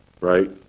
Right